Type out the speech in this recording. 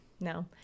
No